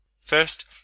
First